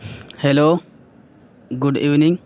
hello good evening